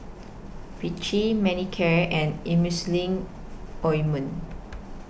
Vichy Manicare and Emulsying Ointment